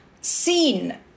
seen